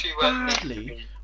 badly